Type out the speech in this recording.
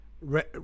Red